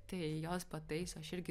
tai jos pataiso aš irgi